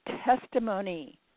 testimony